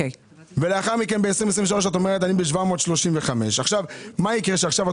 לאחר מכן ב-2023 היה 735. מה יקרה כשאת